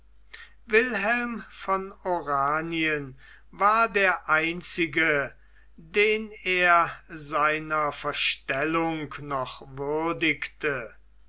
wilhelm von oranien war der einzige den er seiner verstellung noch würdigte